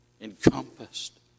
Encompassed